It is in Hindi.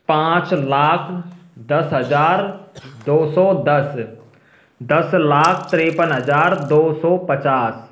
पाँच लाख दस हज़ार दो सौ दस दस लाख तिरपन हज़ार दो सौ पचास